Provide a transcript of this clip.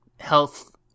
health